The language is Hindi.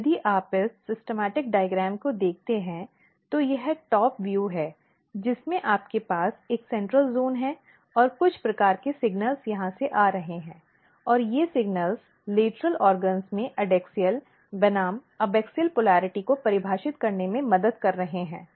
तो यदि आप इस योजनाबद्ध आरेख को देखते हैं तो यह शीर्ष दृश्य है जिसमें आपके पास एक केंद्रीय क्षेत्र है और कुछ प्रकार के संकेत यहां से आ रहे हैं और ये संकेत लेटरल अंगों में एडैक्सियल बनाम एबाक्सिअल ध्रुवीयता को परिभाषित करने में मदद कर रहे हैं